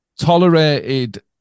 Tolerated